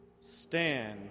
stand